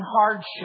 hardship